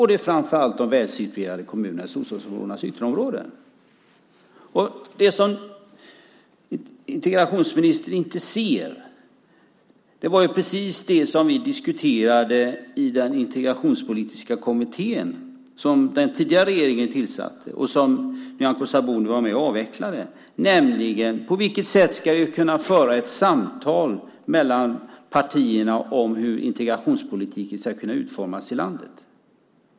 Det är framför allt de välsituerade kommunerna i storstadsområdenas ytterområden. Det som integrationsministern inte ser är precis det som vi diskuterade i den integrationspolitiska kommitté som den tidigare regeringen tillsatte och som Nyamko Sabuni var med och avvecklade, nämligen: På vilket sätt ska vi kunna föra ett samtal mellan partierna om hur integrationspolitiken ska kunna utformas i landet?